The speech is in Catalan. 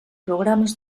programes